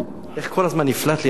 איך כל הזמן נפלט לי העניין הזה.